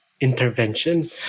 intervention